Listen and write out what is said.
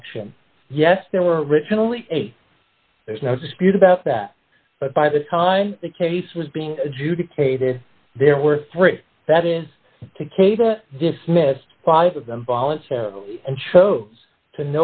action yes there were originally a there's no dispute about that but by the time the case was being adjudicated there were three that is to cable dismissed five of them voluntarily and chose to